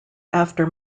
after